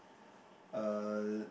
uh